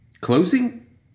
Closing